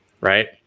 right